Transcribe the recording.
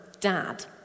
dad